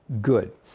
good